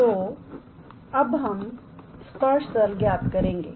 तोअब हम स्पर्श तल ज्ञात करेंगे